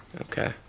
Okay